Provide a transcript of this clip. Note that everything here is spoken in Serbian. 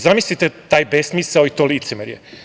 Zamislite taj besmisao i to licemerje.